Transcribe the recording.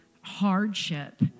hardship